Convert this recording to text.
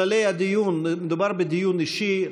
כללי הדיון: מדובר בדיון אישי,